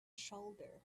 shoulder